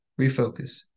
refocus